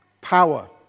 power